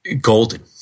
golden